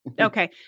Okay